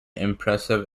impressive